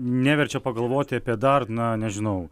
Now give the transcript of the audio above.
neverčia pagalvoti apie dar na nežinau